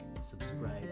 subscribe